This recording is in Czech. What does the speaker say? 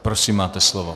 Prosím, máte slovo.